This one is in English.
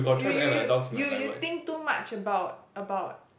you you you you you think too much about about